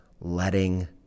letting